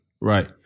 right